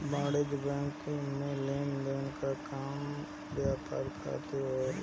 वाणिज्यिक बैंक में सब लेनदेन के काम व्यापार खातिर होला